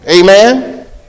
Amen